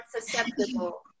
susceptible